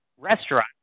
restaurant